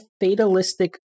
fatalistic